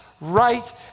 right